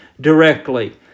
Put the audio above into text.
directly